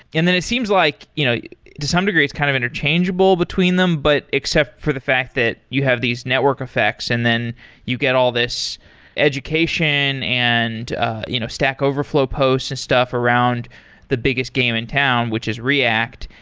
and then it seems like you know to some degree it's kind of interchangeable between them, but except for the fact that you have these network effects and then you get all these education and you know stack overflow post and stuff around the biggest game in town, which is react.